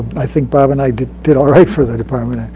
i think bob and i did did ah right for the department.